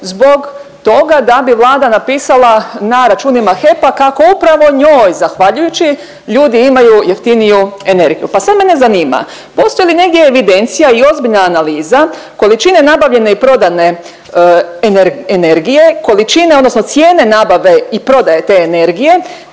zbog toga da bi Vlada napisala na računima HEP-a kako upravo njoj zahvaljujući ljudi imaju jeftiniju energiju. Pa sad mene zanima postoji li negdje evidencija i ozbiljna analiza količine nabavljene i prodane energije, količine odnosno cijene nabave i prodaje te energije,